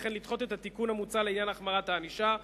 וכן לדחות את התיקון המוצע לעניין החמרת הענישה.